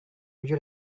would